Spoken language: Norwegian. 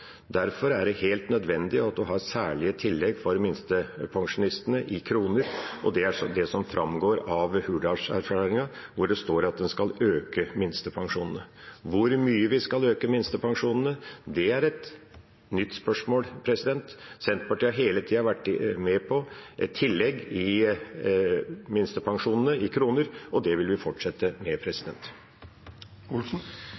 Derfor er det helt nødvendig at en har særlige tillegg for minstepensjonistene i kroner, og det er det som framgår av Hurdalserklæringen, der det står at en skal øke minstepensjonene. Hvor mye vi skal øke minstepensjonene, er et nytt spørsmål. Senterpartiet har hele tida vært med på et tillegg i minstepensjonene i kroner, og det vil vi fortsette med.